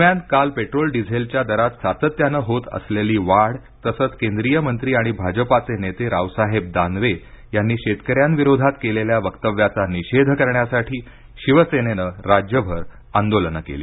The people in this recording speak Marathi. दरम्यान काल पेट्रोल डिझेलच्या दरात सातत्यानं होत असलेली वाढ तसंच केंद्रीय मंत्री आणि भाजपाचे नेते रावसाहेब दानवे यांनी शेतकऱ्यांविरोधात केलेल्या वक्तव्याचा निषेध करण्यासाठी शिवसेनेनं राज्यभर आंदोलनं केली